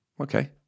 Okay